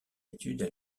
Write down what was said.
études